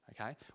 okay